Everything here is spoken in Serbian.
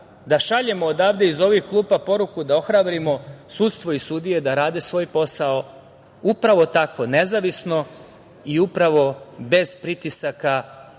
da šaljemo odavde iz ovih klupa poruku da ohrabrimo sudstvo i sudije da rade svoj posao upravo tako nezavisno i upravo bez pritisaka